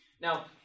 Now